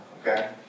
okay